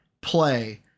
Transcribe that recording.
play